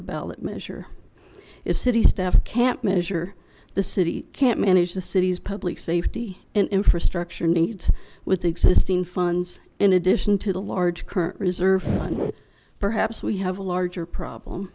or ballot measure if city staff can't measure the city can't manage the city's public safety and infrastructure needs with existing funds in addition to the large current reserve fund perhaps we have a larger problem